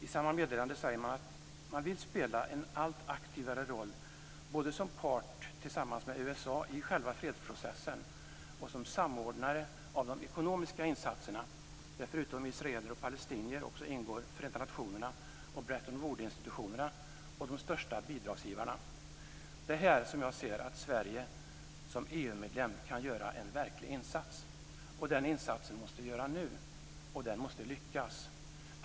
I samma meddelande sägs att man vill spela en allt aktivare roll både som part tillsammans med USA i själva fredsprocessen och som samordnare av de ekonomiska insatserna, där förutom israeler och palestinier också Förenta nationerna och Bretton Wood-institutionerna och de största bidragsgivarna ingår. Det är i detta sammanhang som jag ser att Sverige som EU-medlem kan göra en verklig insats. Den insatsen måste göras nu, och den måste lyckas.